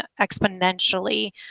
exponentially